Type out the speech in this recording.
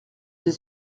des